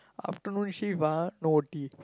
afternoon shift ah no O_T